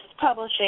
publishing